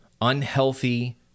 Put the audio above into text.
unhealthy